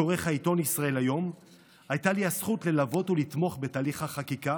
כעורך העיתון ישראל היום הייתה לי הזכות ללוות ולתמוך בתהליך החקיקה